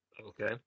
okay